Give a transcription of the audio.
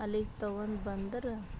ಅಲ್ಲಿಗೆ ತಗೊಂಡ್ ಬಂದ್ರೆ